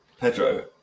Pedro